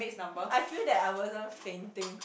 I feel that I wasn't fainting